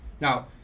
Now